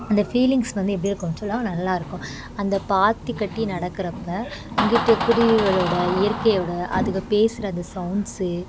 அந்த ஃபீலிங்ஸ் வந்து எப்படி இருக்கும்னு சொன்னால் நல்லாயிருக்கும் அந்த பாத்தி கட்டி நடக்கிறப்ப அங்குட்டு குருவிகளோட இயற்கையோட அதுங்க பேசுகிற அந்த சவுண்ட்ஸ்ஸு